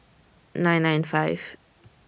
nine nine five